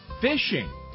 Fishing